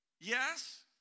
Yes